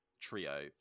trio